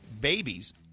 babies